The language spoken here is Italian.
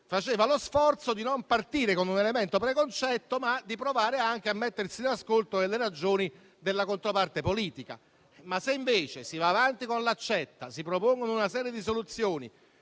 faceva lo sforzo di non partire con un elemento preconcetto, ma di provare anche a mettersi in ascolto delle ragioni della controparte politica. Se invece si va avanti con l'accetta, si propongono soluzioni